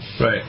Right